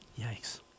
Yikes